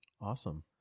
Awesome